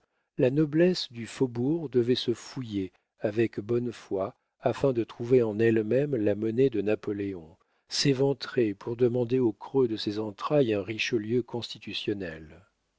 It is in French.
la noblesse du faubourg devait se fouiller avec bonne foi afin de trouver en elle-même la monnaie de napoléon s'éventrer pour demander aux creux de ses entrailles un richelieu constitutionnel